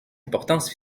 importance